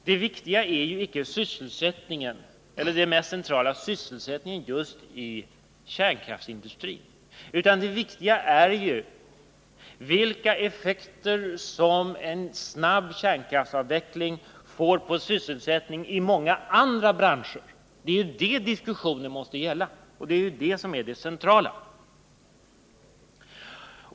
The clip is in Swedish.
Det mest centrala är icke sysselsättningen just i kärnkraftsindustrin, utan det viktiga är vilka effekter en snabb kärnkraftsavveckling får på sysselsättningen i många andra branscher. Det är det diskussionen måste gälla, och det är det som är det centrala.